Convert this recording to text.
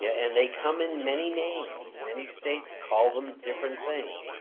yeah and they come in many names. many states call them different things.